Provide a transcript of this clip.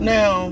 Now